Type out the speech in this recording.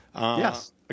Yes